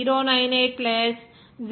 098 0